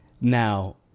Now